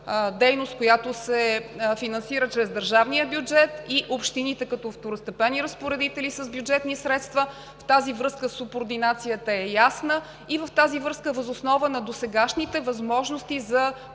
която се финансира чрез държавния бюджет и общините, като второстепенни разпоредители с бюджетни средства. В тази връзка субординацията е ясна. В тази връзка въз основа на досегашните възможности за